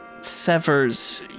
severs